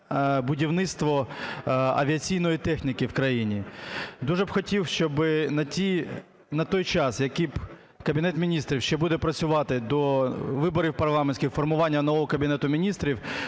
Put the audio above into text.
будівництво авіаційної техніки в країні. Дуже б хотів, щоб на той час, який Кабінет Міністрів ще буде працювати до виборів парламентських, формування нового Кабінету Міністрів,